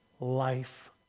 life